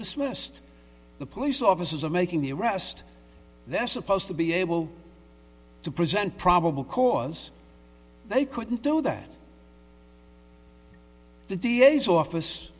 dismissed the police officers are making the arrest they're supposed to be able to present probable cause they couldn't do that the d a s office